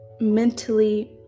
mentally